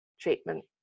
treatment